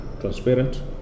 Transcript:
transparent